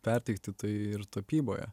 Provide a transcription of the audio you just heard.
perteikti tai ir tapyboje